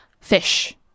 fish